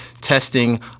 testing